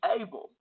able